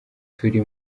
turi